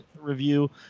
review